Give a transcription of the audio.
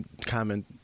comment